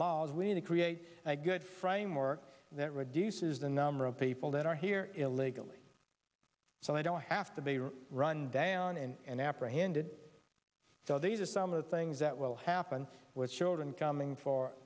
laws we to create a good framework that reduces the number of people that are here illegally so they don't have to be run down and apprehended so they to some of the things that will happen with children coming for